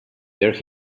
there